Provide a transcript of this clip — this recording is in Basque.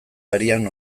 arian